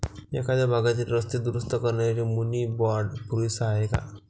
एखाद्या भागातील रस्ते दुरुस्त करण्यासाठी मुनी बाँड पुरेसा आहे का?